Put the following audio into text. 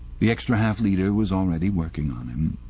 the extra half-litre was already working on him.